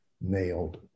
nailed